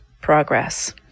progress